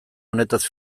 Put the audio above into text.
honetaz